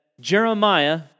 Jeremiah